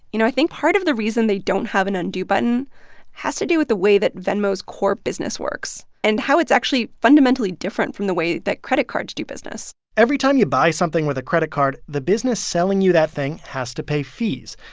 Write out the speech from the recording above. you know, i think part of the reason they don't have an undo button has to do with the way that venmo's core business works and how it's actually fundamentally different from the way that credit cards do business every time you buy something with a credit card, the business selling you that thing has to pay fees.